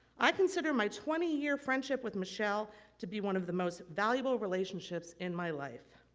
i consider my twenty year friendship with michelle to be one of the most valuable relationships in my life.